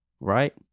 Right